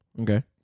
okay